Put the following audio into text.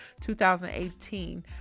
2018